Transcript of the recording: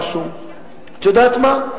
את יודעת מה?